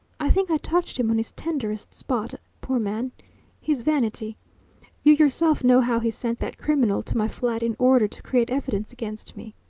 i think i touched him on his tenderest spot poor man his vanity. you yourself know how he sent that criminal to my flat in order to create evidence against me.